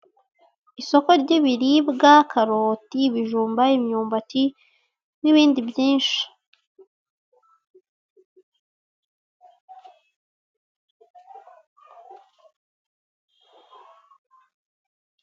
Isoko ry'ibiribwa: karoti, ibijumba, imyumbati n'ibindi byinshi.